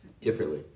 differently